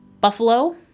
Buffalo